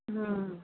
ம்